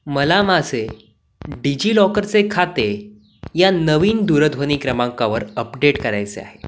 मला माझे डिजिलॉकरचे खाते या नवीन दूरध्वनी क्रमांकावर अपडेट करायचे आहे